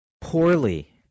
poorly